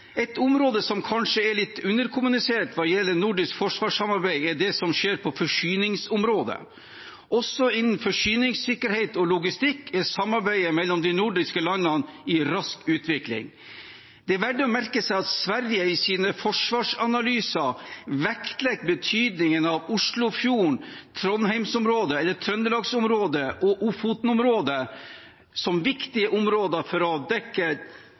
Et område som kanskje er litt underkommunisert hva gjelder nordisk forsvarssamarbeid, er det som skjer på forsyningsområdet. Også innenfor forsyningssikkerhet og logistikk er samarbeidet mellom de nordiske landene i rask utvikling. Det er verdt å merke seg at Sverige i sine forsvarsanalyser vektlegger betydningen av Oslofjorden, Trøndelags-området og Ofoten-området som viktige områder for å dekke